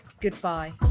Goodbye